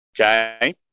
Okay